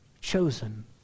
chosen